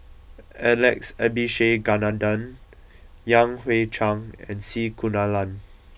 Alex Abisheganaden Yan Hui Chang and C Kunalan